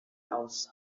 aus